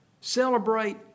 celebrate